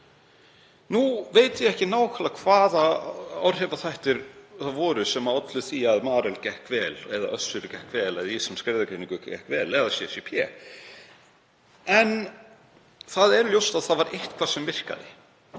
Nú veit ég ekki nákvæmlega hvaða áhrifaþættir ollu því að Marel gekk vel eða Össuri gekk vel eða Íslenskri erfðagreiningu gekk vel eða CCP. En það er ljóst að það var eitthvað sem virkaði